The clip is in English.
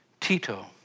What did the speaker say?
Tito